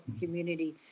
community